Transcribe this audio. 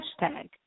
hashtag